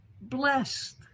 blessed